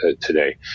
today